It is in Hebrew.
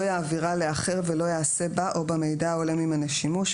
יעבירה לאחר ולא יעשה בה או במידע העולה ממנה שימוש,